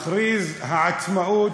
מכריז העצמאות,